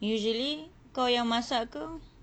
usually kau yang masak ke